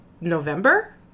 November